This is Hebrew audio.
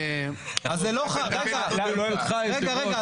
רגע, רגע.